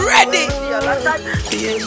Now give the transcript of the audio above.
Ready